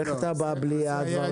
איך אתה בא בלי הדברים?